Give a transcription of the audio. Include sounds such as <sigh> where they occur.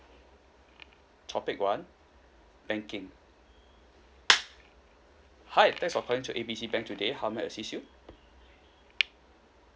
topic one banking <noise> hi thanks for calling to A B C bank today how may I assist you